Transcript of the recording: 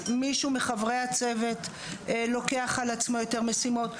אז מישהו מחברי הצוות לוקח על עצמו יותר משימות,